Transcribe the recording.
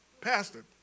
Pastor